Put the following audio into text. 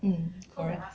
mm correct